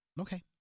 Okay